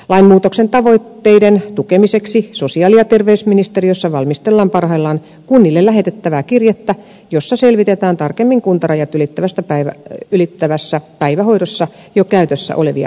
lainmuutoksen tavoitteiden tukemiseksi sosiaali ja terveysministeriössä valmistellaan parhaillaan kunnille lähetettävää kirjettä jossa selvitetään tarkemmin kuntarajat ylittävässä päivähoidossa jo käytössä olevia hyviä malleja